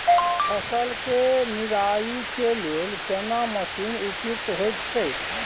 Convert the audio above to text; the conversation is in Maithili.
फसल के निराई के लेल केना मसीन उपयुक्त होयत छै?